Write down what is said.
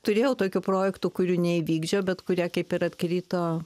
turėjau tokių projektų kurių neįvykdžiau bet kurie kaip ir atkrito